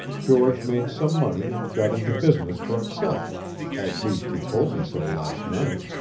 george made some money and got into business for himself at least he told me so last night.